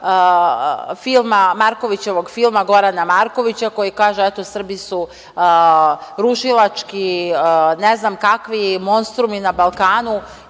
iz filma Gorana Markovića, koji kaže - eto, Srbi su rušilački, ne znam kakvi, monstrumi na Balkanu,